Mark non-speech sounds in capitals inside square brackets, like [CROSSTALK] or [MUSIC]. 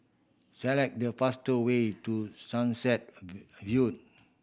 select the faster way to Sunset [UNINTELLIGIBLE] View